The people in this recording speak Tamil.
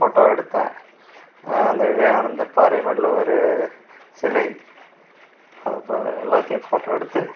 ஃபோட்டோ எடுத்தேன் அந்த விவேகானந்தர் பாறை வள்ளுவர் சிலை அதை எல்லாத்தையும் ஃபோட்டோ எடுத்து